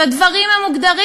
זאת אומרת, הדברים מוגדרים.